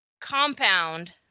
compound